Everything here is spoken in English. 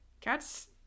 Cats